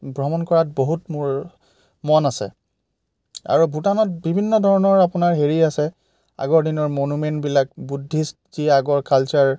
ভ্ৰমণ কৰাত বহুত মোৰ মন আছে আৰু ভূটানত বিভিন্ন ধৰণৰ আপোনাৰ হেৰি আছে আগৰ দিনৰ মনুমেণ্টবিলাক বুদ্ধিষ্ট যি আগৰ কালচাৰ